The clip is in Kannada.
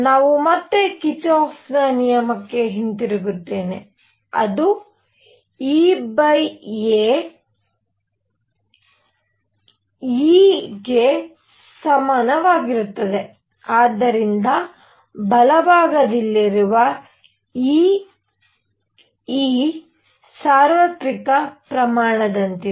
ನಾನು ಮತ್ತೆ ಕಿರ್ಚಾಫ್ನ ನಿಯಮಕ್ಕೆ ಹಿಂತಿರುಗುತ್ತೇನೆ ಅದು e a ಅದು E ಗೆ ಸಮಾನವಾಗಿರುತ್ತದೆ ಆದ್ದರಿಂದ ಬಲಭಾಗದಲ್ಲಿರುವ ಈ E ಸಾರ್ವತ್ರಿಕ ಪ್ರಮಾಣದಂತಿದೆ